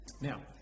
Now